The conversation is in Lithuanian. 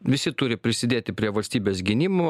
visi turi prisidėti prie valstybės gynimo